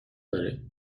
داره